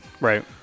Right